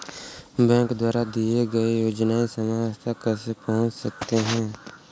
Bank द्वारा दिए गए योजनाएँ समाज तक कैसे पहुँच सकते हैं?